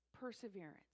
perseverance